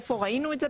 איפה ראינו את זה,